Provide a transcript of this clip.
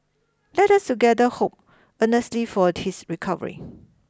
let us together hope earnestly for his recovery